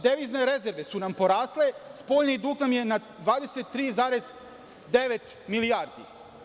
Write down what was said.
Devizne rezerve su nam porasle, a spoljni dug nam je na 23,9 milijardi.